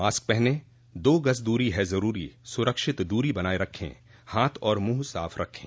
mask पहनें दो गज़ दूरी है ज़रूरी सुरक्षित दूरी बनाए रखें हाथ और मुंह साफ़ रखें